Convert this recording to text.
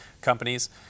companies